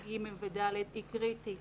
ג' ו-ד' היא קריטית